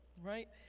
right